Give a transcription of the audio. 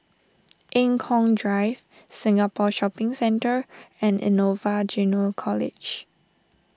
Eng Kong Drive Singapore Shopping Centre and Innova Junior College